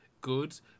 good